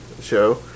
show